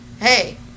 hey